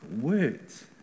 words